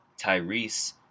Tyrese